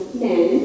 men